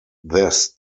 this